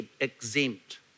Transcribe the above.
exempt